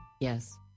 yes